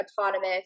autonomous